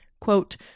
quote